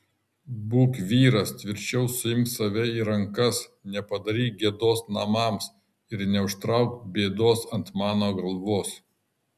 būk vyras tvirčiau suimk save į rankas nepadaryk gėdos namams ir neužtrauk bėdos ant mano galvos